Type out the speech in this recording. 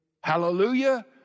hallelujah